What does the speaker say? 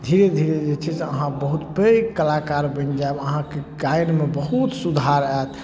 धीरे धीरे जे छै से अहाँ बहुत पैघ कलाकार बनि जाएब अहाँके गायनमे बहुत सुधार आएत